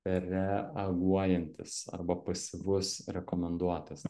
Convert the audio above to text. reaguojantis arba pasyvus rekomenduotojas